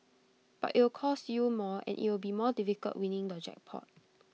but it'll cost you more and IT will be more difficult winning the jackpot